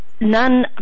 none